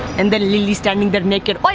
and then lilly's standing there naked.